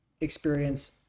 experience